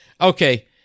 Okay